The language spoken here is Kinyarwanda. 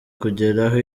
kugeraho